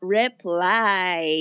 reply